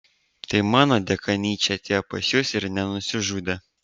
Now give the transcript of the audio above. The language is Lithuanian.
tai mano dėka nyčė atėjo pas jus ir nenusižudė